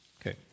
Okay